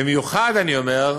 במיוחד, אני אומר,